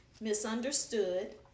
misunderstood